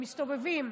הם מסתובבים.